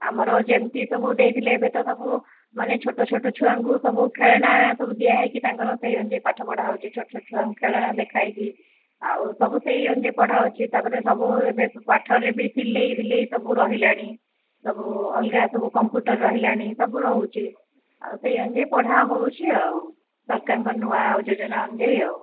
ଆମର ଯେମତି ସବୁ ଦେଇଥିଲେ ଏବେତ ସବୁ ମାନେ ଛୋଟ ଛୋଟ ଛୁଆଙ୍କୁ ସବୁ ଖେଳଣା ସବୁ ଦିଆହେଇକି ତାଙ୍କର ସେଇ ଅନୁଯାୟୀ ପାଠପଢ଼ା ହେଉଛି ଛୋଟ ଛୋଟ ଛୁଆଙ୍କୁ ଖେଳଣା ଦେଖାହେଇକି ଆଉ ସବୁ ସେଇ ଅନୁଯାୟୀ ପଢ଼ା ହେଉଛି ତାପରେ ସବୁ ଏବେ ପାଠରେ ବି ସିଲେଇ ଫିଲେଇ ସବୁ ରହିଲାଣି ସବୁ ଅଲଗା ସବୁ କମ୍ପ୍ୟୁଟର ରହିଲାଣି ସବୁ ରହୁଛି ଆଉ ସେଇ ଅନୁଯାୟୀ ପଢ଼ାହେଉଛି ଆଉ ସରକାରଙ୍କ ନୂଆ ଯୋଜନା ଅନୁଯାୟୀ ଆଉ